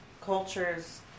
cultures